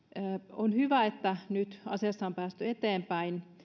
on hyvä että nyt asiassa on päästy eteenpäin